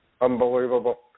Unbelievable